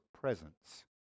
presence